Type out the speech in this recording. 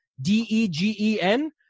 D-E-G-E-N